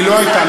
היא לא הייתה.